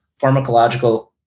pharmacological